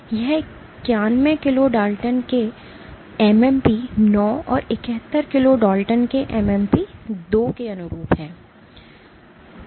यह 91 kilo Daltons के MMP 9 और 71 किलो Daltons के MMP 2 के अनुरूप है